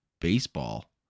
baseball